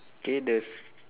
okay the